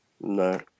no